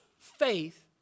Faith